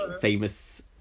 famous